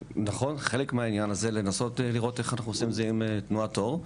חלק מהעניין זה לנסות לראות איך אנחנו עושים את זה עם תנועת אור.